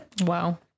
Wow